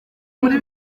muri